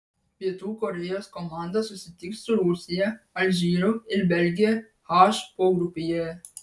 pietų korėjos komanda susitiks su rusija alžyru ir belgija h pogrupyje